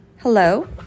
Hello